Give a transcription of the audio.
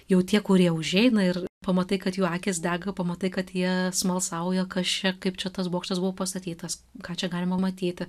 jau tie kurie užeina ir pamatai kad jų akys dega pamatai kad jie smalsauja kas čia kaip čia tas bokštas buvo pastatytas ką čia galima matyti